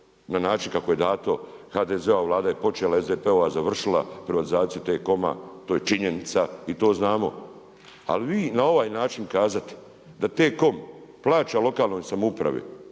na način kako je dato. HDZ-ova Vlada je počela, SDP-ova završila privatizaciju T-COM-a, to je činjenica. I to znamo. Ali vi na ovaj način kazati da T-COM plaća lokalnoj samoupravi,